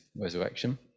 resurrection